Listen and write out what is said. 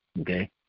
Okay